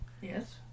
Yes